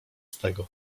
tego